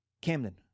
Camden